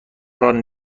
کار